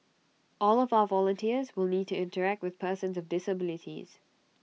all of our volunteers will need to interact with persons of disabilities